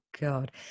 God